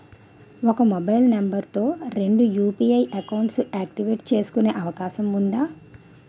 ఒక mobile number తో రెండు యు.పి.ఐ అకౌంట్స్ యాక్టివేట్ చేసుకునే అవకాశం వుందా?